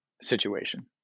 situation